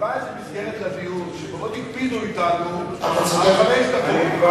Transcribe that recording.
נקבעה איזו מסגרת לדיון שמאוד הקפידו אתנו על חמש דקות.